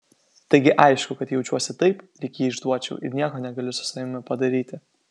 taigi aišku kad jaučiuosi taip lyg jį išduočiau ir nieko negaliu su savimi padaryti